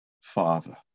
father